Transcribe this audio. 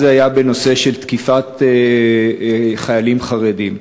אז זה היה בנושא של תקיפת חיילים חרדים.